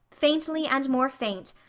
faintly and more faint,